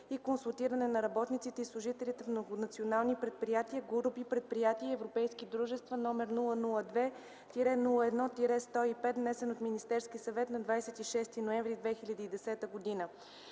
и консултиране на работниците и служителите в многонационални предприятия, групи предприятия и европейски дружества № 002-01-105, внесен от Министерски съвет на 26 ноември 2010 г.: